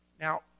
Now